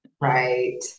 Right